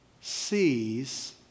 sees